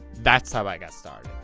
that's how i got started.